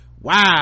wow